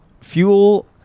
fuel